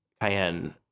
cayenne